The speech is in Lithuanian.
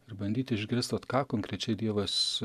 ir bandyti išgirst vat ką konkrečiai dievas